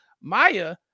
Maya